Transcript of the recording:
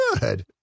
good